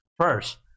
First